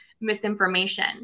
misinformation